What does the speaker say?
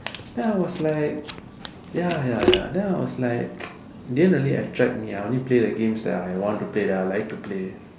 then I was like ya ya ya then I was like it didn't really attract me I only play the games that I want to play that I like to play